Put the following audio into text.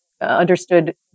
understood